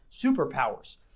superpowers